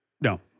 No